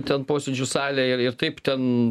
ten posėdžių salę ir ir taip ten